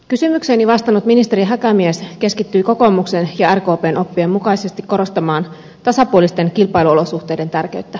kysymykseeni vastannut ministeri häkämies keskittyi kokoomuksen ja rkpn oppien mukaisesti korostamaan tasapuolisten kilpailuolosuhteiden tärkeyttä